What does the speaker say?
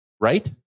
Right